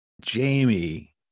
Jamie